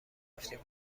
رفتیم